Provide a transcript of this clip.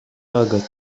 tagad